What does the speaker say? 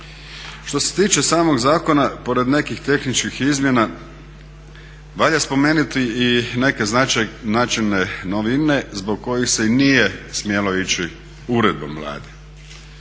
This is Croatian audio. Što se tiče samog zakona, pored nekih tehničkih izmjena, valja spomenuti i neke značajne novine zbog kojih se nije smjelo ići uredbom Vlade.